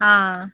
हां